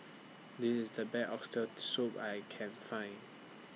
This IS The Best Oxtail Soup I Can Find